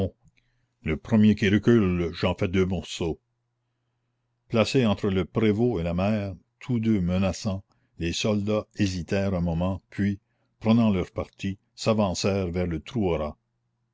le premier qui recule j'en fais deux morceaux placés entre le prévôt et la mère tous deux menaçants les soldats hésitèrent un moment puis prenant leur parti s'avancèrent vers le